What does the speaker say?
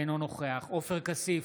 אינו נוכח עופר כסיף,